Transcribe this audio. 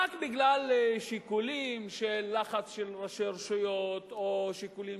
ורק בגלל שיקולים של לחץ של ראשי רשויות או שיקולים